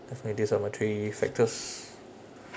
definitely these are my three factors